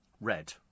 red